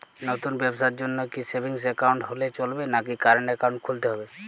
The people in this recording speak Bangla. নতুন ব্যবসার জন্যে কি সেভিংস একাউন্ট হলে চলবে নাকি কারেন্ট একাউন্ট খুলতে হবে?